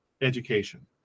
education